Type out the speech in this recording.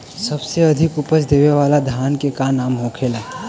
सबसे अधिक उपज देवे वाला धान के का नाम होखे ला?